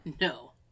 no